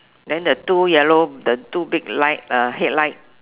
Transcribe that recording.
then the two yellow the two big light uh head light